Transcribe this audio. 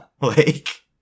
like-